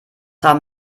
haben